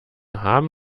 haben